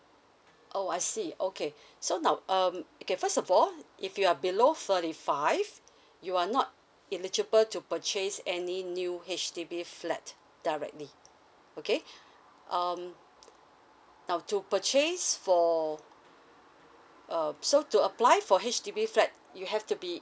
oh I see okay so now um okay first of all if you're below thirty five you are not eligible to purchase any new H_D_B flat directly okay um now to purchase for uh so to apply for H_D_B flat you have to be